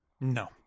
no